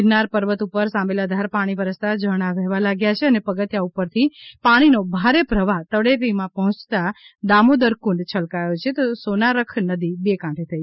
ગિરનાર પર્વત ઉપર સાંબેલધાર પાણી વરસતા ઝરણા વહેવા લાગ્યા છે અને પગથિયાં ઉપરથી પાણીનો ભારે પ્રવાહ તળેટીમાં પહોયતા દામોદર કુંડ છલકાયો છે તો સોનારખ નદી બે કાંઠે થઈ